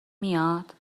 میاد